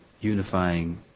unifying